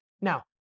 Now